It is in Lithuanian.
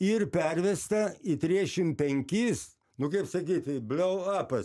ir pervesta į triešim penkis nu kaip sakyti bliou apas